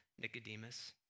Nicodemus